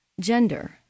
gender